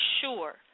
sure